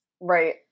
right